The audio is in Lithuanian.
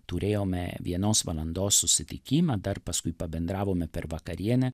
turėjome vienos valandos susitikimą dar paskui pabendravome per vakarienę